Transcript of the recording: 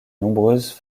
nombreuses